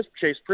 Chase